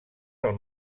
del